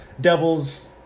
Devil's